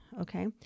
Okay